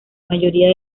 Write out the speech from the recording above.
mayoría